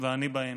ואני בהם.